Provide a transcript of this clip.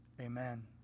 amen